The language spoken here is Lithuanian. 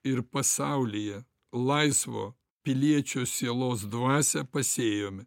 ir pasaulyje laisvo piliečio sielos dvasia pasėjome